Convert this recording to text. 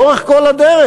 לאורך כל הדרך.